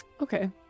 Okay